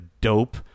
dope